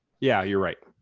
yeah, you're right.